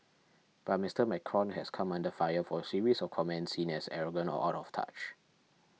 but Mister Macron has come under fire for a series of comments seen as arrogant or out of touch